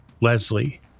Leslie